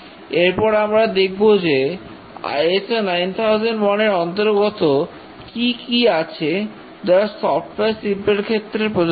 এরপর আমরা দেখব যে ISO 9001 এর অন্তর্গত কি কি আছে যা সফটওয়্যার শিল্পের ক্ষেত্রে প্রযোজ্য